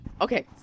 okay